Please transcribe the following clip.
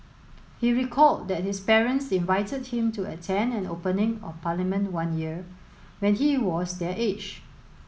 he recalled that his parents invited him to attend an opening of Parliament one year when he was their age